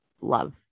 love